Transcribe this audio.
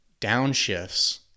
downshifts